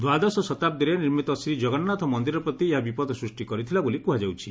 ଦ୍ୱାଦଶ ଶତାଦ୍ଦିରେ ନିର୍ମିତ ଶ୍ରୀକଗନ୍ନାଥ ମନ୍ଦିର ପ୍ରତି ଏହା ବିପଦ ସୂଷ୍କ କରିଥିଲା ବୋଲି କୁହାଯାଉଛି